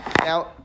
Now